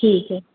ठीक आहे